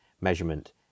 measurement